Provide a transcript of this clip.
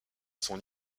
son